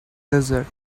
desert